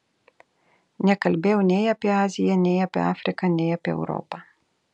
nekalbėjau nei apie aziją nei apie afriką nei apie europą